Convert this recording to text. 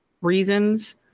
reasons